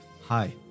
Hi